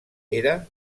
era